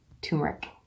turmeric